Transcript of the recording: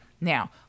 now